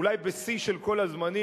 אולי בשיא של כל הזמנים,